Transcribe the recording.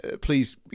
please